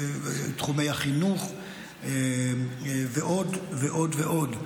בתחומי החינוך ועוד ועוד.